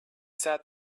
sat